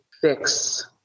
fix